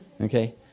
okay